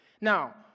Now